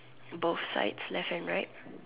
both sides left and right